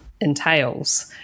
entails